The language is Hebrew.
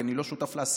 כי אני לא שותף לעשייה,